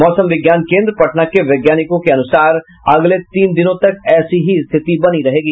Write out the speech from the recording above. मौसम विज्ञान केन्द्र पटना के वैज्ञानिकों के अनुसार अगले तीन दिनों तक ऐसी ही स्थिति बनी रहेगी